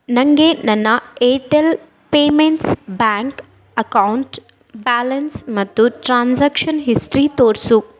ನನಗೆ ನನ್ನ Airtel payments bank account balance ಮತ್ತು ಟ್ರಾನ್ಸಾಕ್ಷನ್ ಹಿಸ್ಟ್ರಿ ತೋರಿಸು